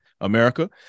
America